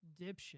dipshit